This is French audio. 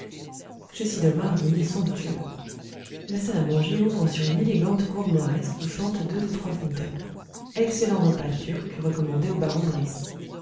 sid'omar dîner somptueux la salle à manger ouvre sur une élégante cour moresque où chantent deux ou trois fontaines excellent repas turc recommandé au baron brisse